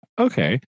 okay